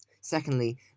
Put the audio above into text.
Secondly